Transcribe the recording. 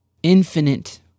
infinite